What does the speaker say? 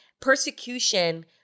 persecution